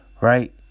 Right